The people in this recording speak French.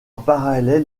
parallèle